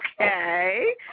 Okay